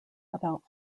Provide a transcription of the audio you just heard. about